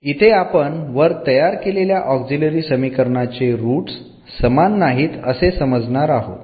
इथे आपण वर तयार केलेल्या ऑक्झिलरी समीकरणाचे रूट्स समान नाहीत असे समजणार आहोत